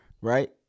right